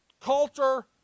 culture